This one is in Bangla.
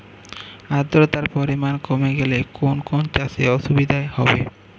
আদ্রতার পরিমাণ কমে গেলে কোন কোন চাষে অসুবিধে হবে?